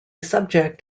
subject